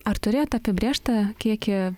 ar turėjot apibrėžtą kiekį